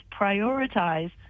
prioritize